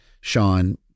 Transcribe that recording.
Sean